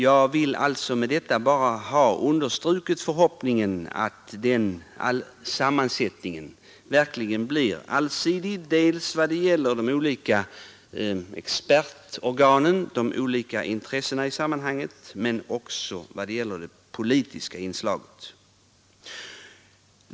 Jag vill alltså med detta understryka förhoppningen att sammansättningen verkligen blir allsidig vad gäller de olika expertorganen och de olika intressena i det sammanhanget men också vad gäller det politiska inslaget.